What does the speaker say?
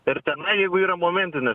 ir tenai jeigu yra momentinis